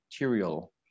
material